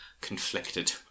conflicted